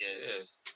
Yes